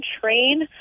train